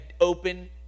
open